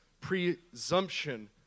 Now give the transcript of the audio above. presumption